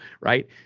right